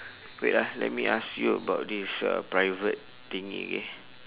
wait ah let me ask you about this uh private thingy